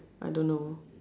I don't know